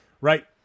Right